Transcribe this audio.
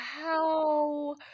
Wow